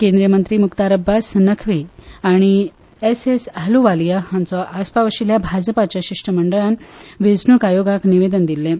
केंद्रीय मंत्री मुक्तार अब्बास नकवी आनी एसएस अहलूवालिया हांचो आसपाव आशिल्ल्या भाजपाच्या शिश्टमंडळान वेंचणूक आयोगाक निवेदन भेटयलां